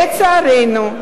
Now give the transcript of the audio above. לצערנו,